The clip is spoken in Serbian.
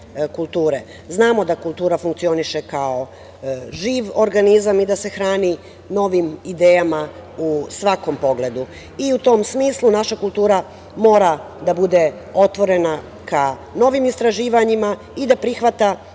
da kultura funkcioniše kao živ organizam i da se hrani novim idejama u svakom pogledu i u tom smislu naša kultura mora biti otvorena ka novim istraživanjima i da prihvata nove